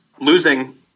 losing